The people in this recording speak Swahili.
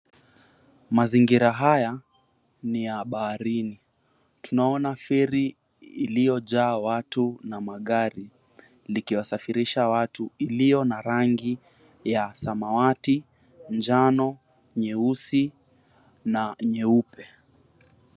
Mazingira haya ni ya baharini. Tunaona feri iliyojaa watu na magari likiwasafirisha watu iliyo na rangi ya samawati, njano, nyeusi na nyeupe.